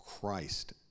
Christ